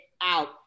out